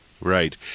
Right